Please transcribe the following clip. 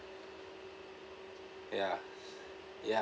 ya ya